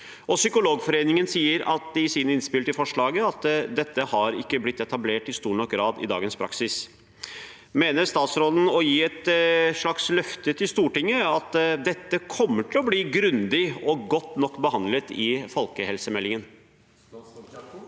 Psykologforeningen sier i sine innspill til forslaget at dette ikke i stor nok grad har blitt etablert i dagens praksis. Mener statsråden å gi et slags løfte til Stortinget om at dette kommer til å bli grundig og godt nok behandlet i folkehelsemeldingen?